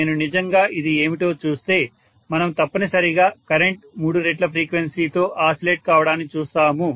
నేను నిజంగా ఇది ఏమిటో చూస్తే మనం తప్పనిసరిగా కరెంట్ మూడు రెట్ల ఫ్రీక్వెన్సీ తో ఆసిలేట్ కావడాన్ని చూస్తాము